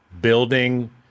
building